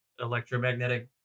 electromagnetic